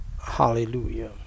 hallelujah